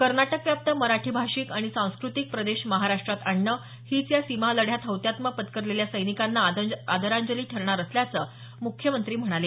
कर्नाटकव्याप्त मराठी भाषिक आणि सांस्कृतिक प्रदेश महाराष्ट्रात आणणं हीच या सीमा लढ्यात हौतात्म्य पत्करलेल्या सैनिकांना आदरांजली ठरणार असल्याचं मुख्यमंत्री म्हणाले